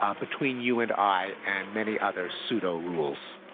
um between you and i, and many other pseudo-rules.